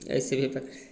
ऐसे भी पकड़े